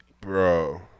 Bro